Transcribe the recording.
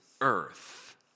earth